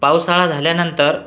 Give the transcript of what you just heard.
पावसाळा झाल्यानंतर